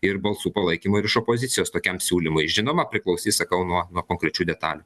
ir balsų palaikymo ir iš opozicijos tokiam siūlymui žinoma priklausys sakau nuo nuo konkrečių detalių